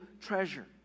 treasure